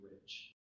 rich